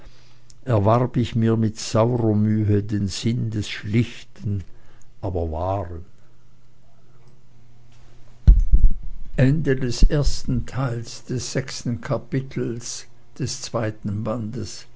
erwarb ich mir mit saurer mühe den sinn des schlichten aber wahren